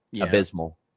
Abysmal